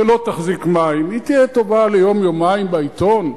שלא תחזיק מים, היא תהיה טובה ליום-יומיים בעיתון,